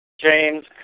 James